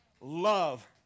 love